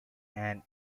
and